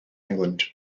england